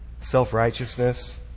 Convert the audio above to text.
self-righteousness